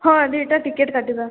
ହଁ ଦୁଇଟା ଟିକେଟ୍ କାଟିବା